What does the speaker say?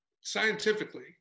scientifically